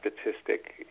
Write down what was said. statistic